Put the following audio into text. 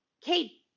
Kate